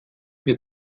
wir